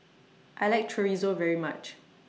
I like Chorizo very much